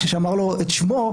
כשהוא אמר לו את שמו,